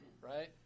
right